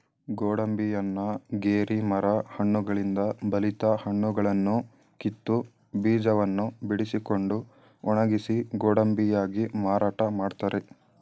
ಗೋಡಂಬಿಯನ್ನ ಗೇರಿ ಮರ ಹಣ್ಣುಗಳಿಂದ ಬಲಿತ ಹಣ್ಣುಗಳನ್ನು ಕಿತ್ತು, ಬೀಜವನ್ನು ಬಿಡಿಸಿಕೊಂಡು ಒಣಗಿಸಿ ಗೋಡಂಬಿಯಾಗಿ ಮಾರಾಟ ಮಾಡ್ತರೆ